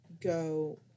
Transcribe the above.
go